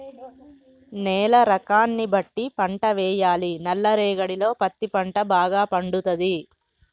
నేల రకాన్ని బట్టి పంట వేయాలి నల్ల రేగడిలో పత్తి పంట భాగ పండుతది